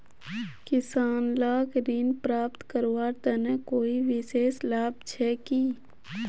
किसान लाक ऋण प्राप्त करवार तने कोई विशेष लाभ छे कि?